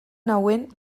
nauen